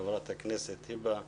את חברת הכנסת היבה יזבק,